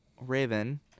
Raven